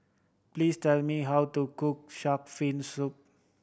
please tell me how to cook shark fin soup